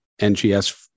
NGS